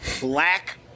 black